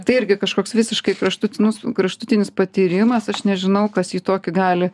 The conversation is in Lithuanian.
tai irgi kažkoks visiškai kraštutinus kraštutinis patyrimas aš nežinau kas jį tokį gali